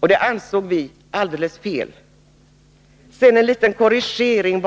Det ansåg vi alldeles fel. Sedan en liten korrigering.